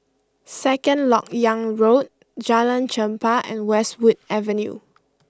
Second Lok Yang Road Jalan Chempah and Westwood Avenue